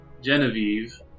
Genevieve